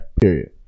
Period